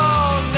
on